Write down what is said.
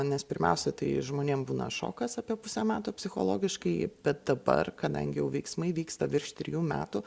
nes pirmiausia tai žmonėm būna šokas apie pusę metų psichologiškai bet dabar kadangi jau veiksmai vyksta virš trijų metų